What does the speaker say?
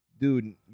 Dude